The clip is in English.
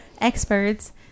experts